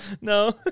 No